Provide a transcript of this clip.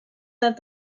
that